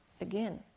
Again